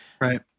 Right